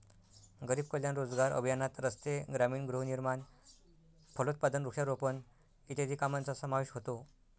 गरीब कल्याण रोजगार अभियानात रस्ते, ग्रामीण गृहनिर्माण, फलोत्पादन, वृक्षारोपण इत्यादी कामांचा समावेश होतो